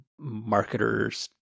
marketer's